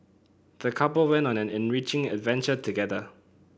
the couple went on an enriching adventure together